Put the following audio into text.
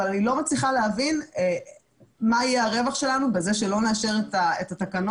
אבל אני לא מצליחה להבין מה יהיה הרווח שלנו בזה שלא נאשר את התקנות,